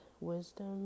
wisdom